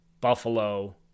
Buffalo